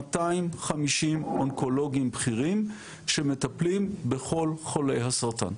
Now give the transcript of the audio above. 250 אונקולוגיים בכירים שמטפלים בכל חולי הסרטן,